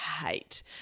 hate